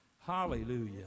hallelujah